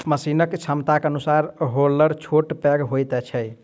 मशीनक क्षमताक अनुसार हौलर छोट पैघ होइत छै